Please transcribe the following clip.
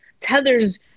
tethers